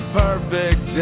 perfect